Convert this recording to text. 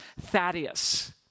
Thaddeus